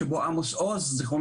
שבו עמוס עוז ז"ל,